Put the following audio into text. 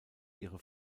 ihre